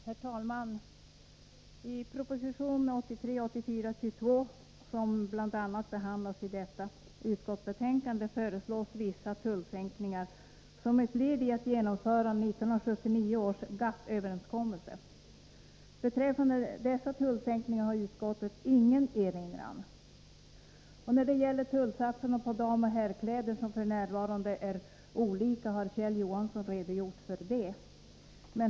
Herr talman! I proposition 1983/84:22 som bl.a. behandlas i detta utskottsbetänkande föreslås vissa tullsänkningar som ett led när det gäller att genomföra 1979 års GATT-överenskommelse. Beträffande dessa tullsänkningar har utskottet ingen erinran. Tullsatserna på damoch herrkläder är f. n. olika, vilket Kjell Johansson har redogjort för.